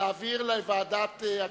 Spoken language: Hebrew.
להעביר לוועדת הכספים.